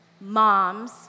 moms